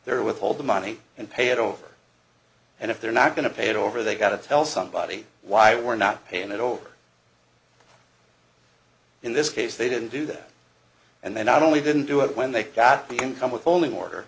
their withhold the money and pay it over and if they're not going to pay it over they got to tell somebody why we're not paying it or in this case they didn't do that and they not only didn't do it when they got the income withholding order